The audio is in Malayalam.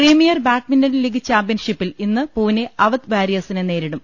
പ്രീമിയർ ബാഡ്മിന്റൺ ലീഗ് ചാമ്പ്യൻഷിപ്പിൽ ഇന്ന് പൂനെ അവധ് വാരിയേഴ്സിനെ നേരിടും